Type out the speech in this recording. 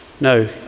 No